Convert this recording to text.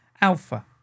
Alpha